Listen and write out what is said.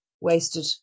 wasted